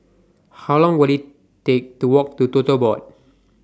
How Long Will IT Take to Walk to Tote Board